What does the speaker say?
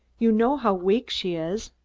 you know how weak she is.